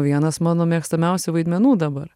vienas mano mėgstamiausių vaidmenų dabar